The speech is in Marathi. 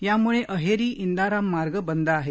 यामुळे अहेरी इंदाराम मार्ग बंद आहे